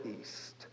East